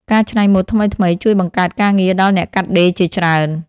ការច្នៃម៉ូដថ្មីៗជួយបង្កើតការងារដល់អ្នកកាត់ដេរជាច្រើន។